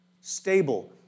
stable